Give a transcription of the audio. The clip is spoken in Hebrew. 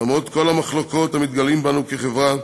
למרות כל המחלוקות המתגלעות בחברה,